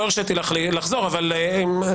נציגי הלשכה ממשיכים להופיע, המוסמכים